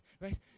right